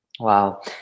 Wow